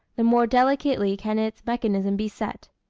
the more delicately can its mechanism be set.